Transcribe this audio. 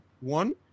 one